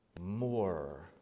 more